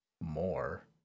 more